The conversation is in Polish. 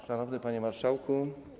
Szanowny Panie Marszałku!